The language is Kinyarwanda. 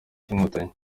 cy’inkotanyi